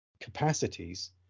capacities